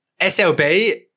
SLB